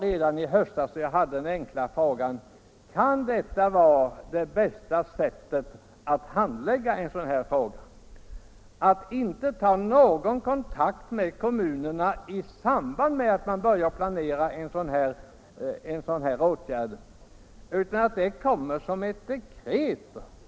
Redan i höstas då jag fick svar på en enkel fråga undrade jag: Kan det bästa sättet att handlägga en sådan här fråga vara att inte ta någon kontakt med kommunerna i samband med att man börjar planera en åtgärd av detta slag utan meddela sitt beslut som ett dekret?